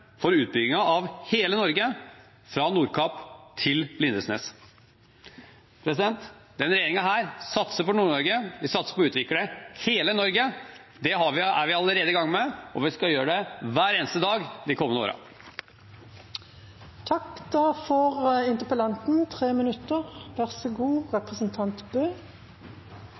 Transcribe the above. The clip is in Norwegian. for utbyggingen av hele Norge, fra Nordkapp til Lindesnes. Denne regjeringen satser på Nord-Norge, vi satser på å utvikle hele Norge. Det er vi allerede i gang med, og vi skal gjøre det hver eneste dag de kommende